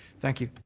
thank you,